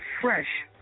fresh